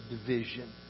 division